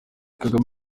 kagame